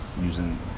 using